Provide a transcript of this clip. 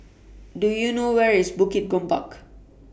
Do YOU know Where IS Bukit Gombak